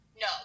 No